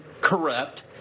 corrupt